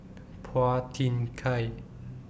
Phua Thin Kiay